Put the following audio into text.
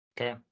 Okay